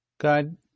God